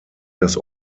das